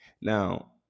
Now